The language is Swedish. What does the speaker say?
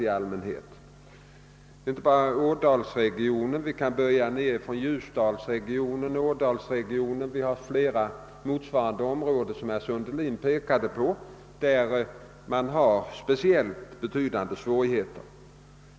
Det gäller inte bara ådalsregionen utan även ljusdalsregionen och flera motsvarande områden som herr Sundelin pekade på och där svårigheterna är betydande.